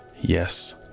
Yes